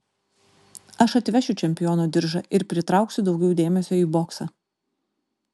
aš atvešiu čempiono diržą ir pritrauksiu daugiau dėmesio į boksą